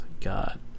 God